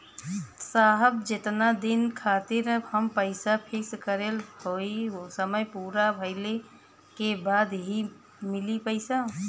साहब जेतना दिन खातिर हम पैसा फिक्स करले हई समय पूरा भइले के बाद ही मिली पैसा?